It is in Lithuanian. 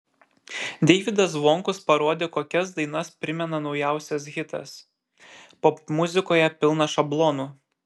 deivydas zvonkus parodė kokias dainas primena naujausias hitas popmuzikoje pilna šablonų